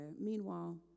Meanwhile